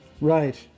Right